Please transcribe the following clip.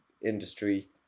industry